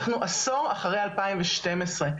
אנחנו עשור אחרי 2012,